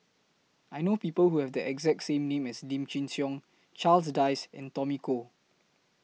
I know People Who Have The exact same name as Lim Chin Siong Charles Dyce and Tommy Koh